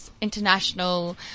International